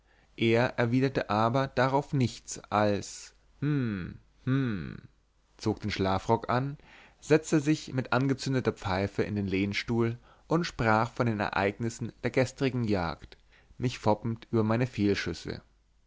er erwiderte aber darauf nichts als hm hm zog den schlafrock an setzte sich mit angezündeter pfeife in den lehnstuhl und sprach von den ereignissen der gestrigen jagd mich foppend über meine